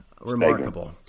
Remarkable